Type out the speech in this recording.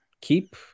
keep